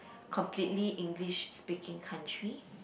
completely English speaking country